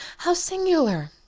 how singular!